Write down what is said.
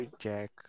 Jack